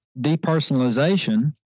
depersonalization